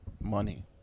Money